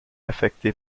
affecté